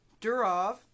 Durov